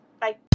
Bye